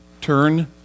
turn